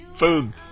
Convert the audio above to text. Food